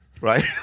right